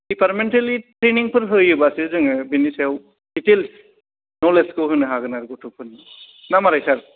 departmentally ट्रेनिंफोर होयोबासो जोङो बेनि सायाव एसे नलेजखौ होनो हागोन आरो गथ'फोरनो ना माबोरै सार